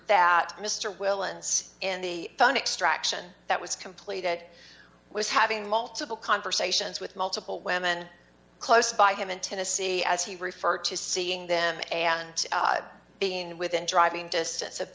that mr whalen in the phone extraction that was completed was having multiple conversations with multiple women close by him in tennessee as he referred to seeing them and being within driving distance of